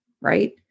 right